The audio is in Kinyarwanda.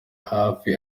hafi